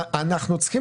אנחנו צריכים